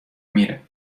میره